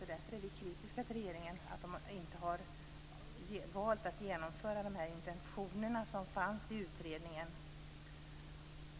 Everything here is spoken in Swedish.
Därför är vi kritiska till att regeringen inte har valt genomföra de intentioner som fanns i utredningen.